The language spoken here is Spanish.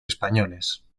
españoles